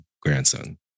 grandson